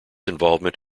involvement